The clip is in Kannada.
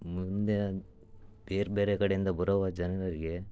ಮುಂದೆ ಬೇರೆ ಬೇರೆ ಕಡೆಯಿಂದ ಬರುವ ಜನರಿಗೆ